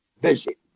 visit